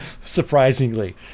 surprisingly